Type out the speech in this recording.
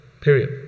Period